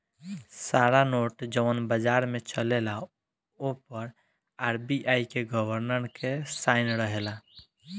सारा नोट जवन बाजार में चलेला ओ पर आर.बी.आई के गवर्नर के साइन रहेला